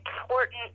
important